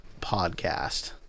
podcast